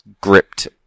gripped